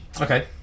Okay